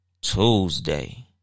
Tuesday